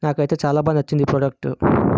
నాకైతే చాలా బాగా నచ్చింది ఈ ప్రొడక్టు